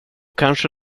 kanske